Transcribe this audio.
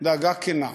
דאגה כנה.